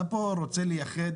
אתה פה רוצה לייחד